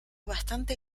bastante